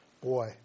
Boy